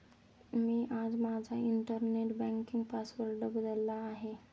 मी आज माझा internet banking password बदलला आहे